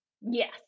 Yes